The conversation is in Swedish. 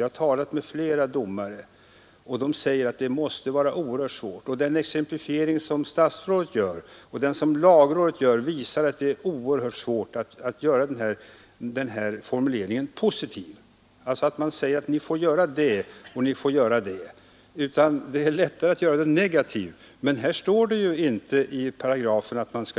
Jag har talat med flera domare, och de säger att det måste vara oerhört svårt. Också statsrådets och lagrådets exemplifieringar visar att det visst förfarande är tillåtet. Det är lättare att göra den negativ. Den ir svårt att göra formuleringen positiv, så att den innebär att ett föreslagna skrivningen är emellertid inte negativ utan har den innebörden att visst